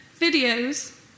videos